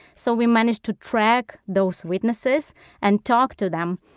so we managed to track those witnesses and talk to them.